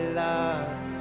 love